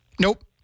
Nope